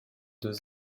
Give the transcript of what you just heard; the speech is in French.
deux